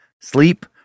Sleep